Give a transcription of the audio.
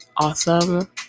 awesome